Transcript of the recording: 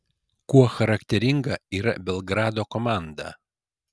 kuo charakteringa yra belgrado komanda